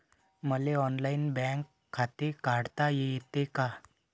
मले online bank खाते काढता येते का?